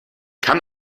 kann